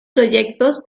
proyectos